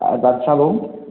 আর বাদশাভোগ